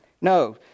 No